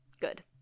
Good